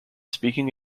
speaking